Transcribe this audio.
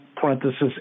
parenthesis